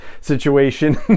situation